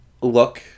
look